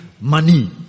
money